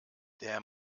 der